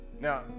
Now